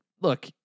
look